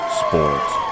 sports